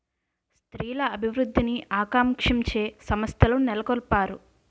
స్త్రీల అభివృద్ధిని ఆకాంక్షించే సంస్థలు నెలకొల్పారు